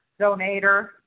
donator